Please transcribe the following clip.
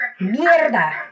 Mierda